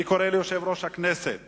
אני קורא ליושב-ראש הכנסת